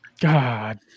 God